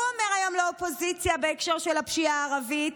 הוא אומר היום לאופוזיציה בהקשר של הפשיעה הערבית: